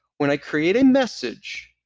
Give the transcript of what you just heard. when i create a message,